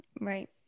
Right